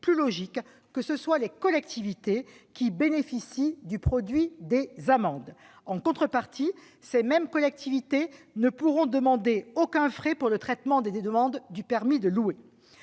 plus logique que ce soient les collectivités qui bénéficient du produit des amendes. En contrepartie, ces mêmes collectivités ne pourront prélever de frais pour le traitement des demandes du permis de louer.